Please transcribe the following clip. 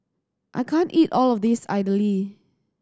I can't eat all of this Idly